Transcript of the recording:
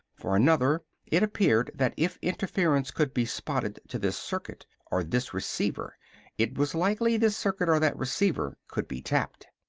for another, it appeared that if interference could be spotted to this circuit or this receiver it was likely this circuit or that receiver could be tapped.